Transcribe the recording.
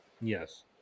yes